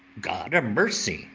god-a-mercy,